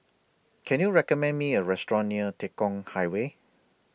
Can YOU recommend Me A Restaurant near Tekong Highway